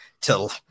till